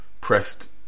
pressed